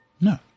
No